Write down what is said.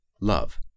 love